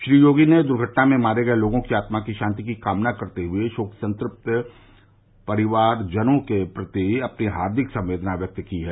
श्री योगी ने दुर्घटना में मारे गये लोगों की आत्मा की शांति की कामना करते हुए शोक संतृप्त परिजनों के प्रति अपनी हार्दिक संवेदना व्यक्त की हैं